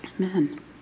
Amen